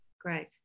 great